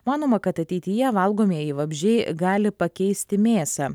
manoma kad ateityje valgomieji vabzdžiai gali pakeisti mėsą